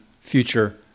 future